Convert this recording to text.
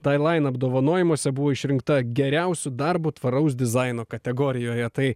tai lain apdovanojimuose buvo išrinkta geriausiu darbu tvaraus dizaino kategorijoje tai